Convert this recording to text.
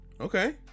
okay